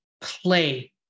play